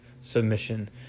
submission